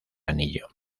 anillo